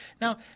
Now